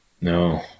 No